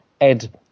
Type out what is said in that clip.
Ed